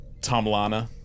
tomlana